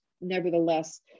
Nevertheless